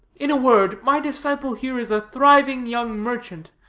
in a word, my disciple here is a thriving young merchant,